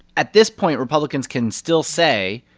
at this point, republicans can still say,